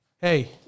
Hey